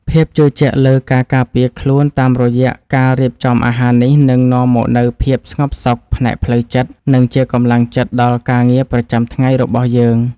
ភាពជឿជាក់លើការការពារខ្លួនតាមរយៈការរៀបចំអាហារនេះនឹងនាំមកនូវភាពស្ងប់សុខផ្នែកផ្លូវចិត្ត និង ជាកម្លាំងចិត្តដល់ការងារប្រចាំថ្ងៃរបស់យើង។